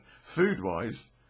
Food-wise